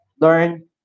learn